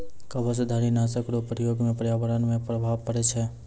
कवचधारी नाशक रो प्रयोग से प्रर्यावरण मे प्रभाव पड़ै छै